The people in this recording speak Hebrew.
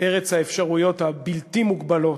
ארץ האפשרויות הבלתי-מוגבלות.